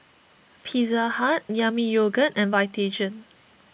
Pizza Hut Yami Yogurt and Vitagen